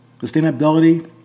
sustainability